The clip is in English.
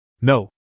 No